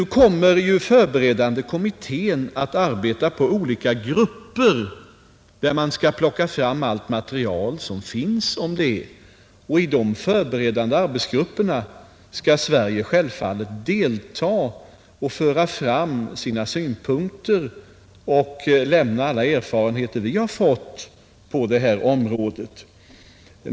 Den förberedande kommittén kommer att arbeta i olika grupper, där man skall plocka fram allt material som finns i respektive frågor. I de förberedande arbetsgrupperna skall Sverige självfallet delta och föra fram sina synpunkter och alla erfarenheter vi har fått på detta område.